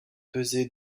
pesé